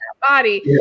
body